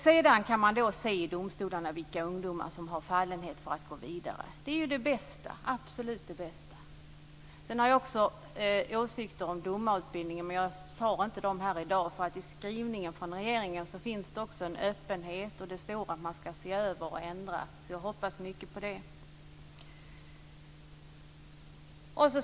Sedan kan man i domstolarna se vilka ungdomar som har fallenhet för att gå vidare. Det är ju absolut det bästa. Sedan har jag också åsikter om domarutbildningen. Men jag tar inte dem här i dag. I skrivningen från regeringen finns det nämligen en öppenhet och det står att man ska se över och ändra, så jag hoppas mycket på det.